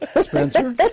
Spencer